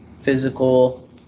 physical